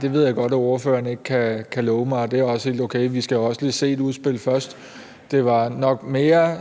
det ved jeg godt, at ordføreren ikke kan love mig, og det er også helt okay. Vi skal jo også lige se et udspil først. Det var nok mere